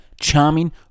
charming